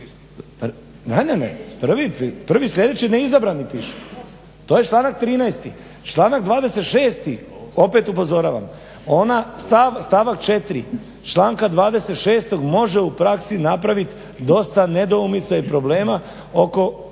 prvi sljedeći neizabrani piše, to je članak 13. članka 26. opet upozoravam članka 26. ona stavak 4. može u praksi napraviti dosta nedoumica i problema oko